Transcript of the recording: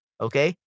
Okay